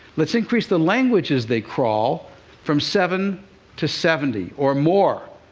let's increase the languages they crawl from seven to seventy, or more.